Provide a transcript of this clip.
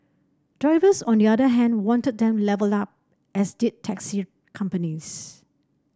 drivers on the other hand wanted them levelled up as did taxi companies